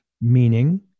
Meaning